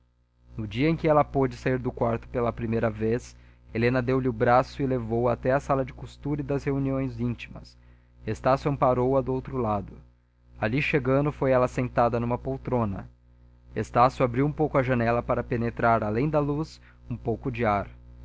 no dia em que ela pôde sair do quarto pela primeira vez helena deu-lhe o braço e levou-a até à sala de costura e das reuniões íntimas estácio amparou a do outro lado ali chegando foi ela sentada numa poltrona estácio abriu um pouco a janela para penetrar além da luz um pouco de ar